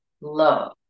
love